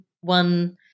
one